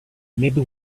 maybe